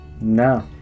No